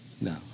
No